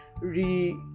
re